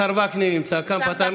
השר וקנין נמצא כאן.